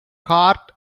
cart